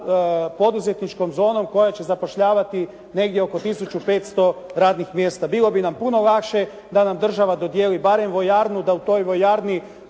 poduzetničkom zonom koja će zapošljavati negdje oko 1500 radnih mjesta. Bilo bi nam puno lakše da nam država dodijeli barem vojarnu da u toj vojarni